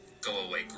go-away